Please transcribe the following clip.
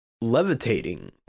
levitating